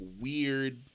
weird